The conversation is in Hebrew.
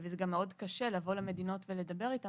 זה גם קשה מאוד לבוא למדינות ולדבר איתן